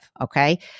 okay